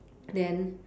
then